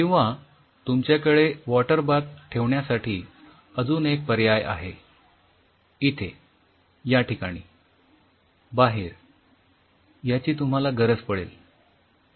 किंवा तुमच्याकडे water bath ठेवण्यासाठी अजून एक पर्याय आहे इथे याठिकाणी बाहेर याची तुम्हाला गरज पडेल